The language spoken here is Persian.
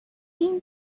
این